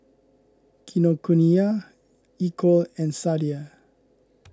Kinokuniya Equal and Sadia